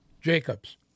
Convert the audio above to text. Jacobs